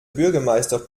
bürgermeister